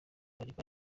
mariva